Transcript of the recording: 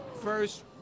first